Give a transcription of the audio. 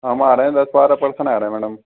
हम आ रहे हैं दस बारह पर्सन आ रहे हैं मैडम